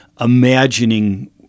imagining